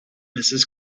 mrs